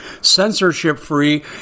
censorship-free